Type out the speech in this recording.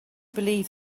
believe